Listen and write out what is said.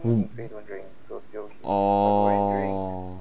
orh